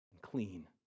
clean